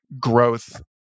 growth